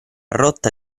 rotta